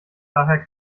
daher